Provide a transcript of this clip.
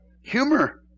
Humor